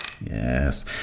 Yes